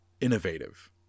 innovative